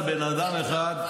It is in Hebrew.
ראש הממשלה זה בן אדם אחד,